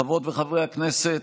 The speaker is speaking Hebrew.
חברות וחברי הכנסת,